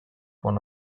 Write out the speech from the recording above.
one